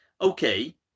okay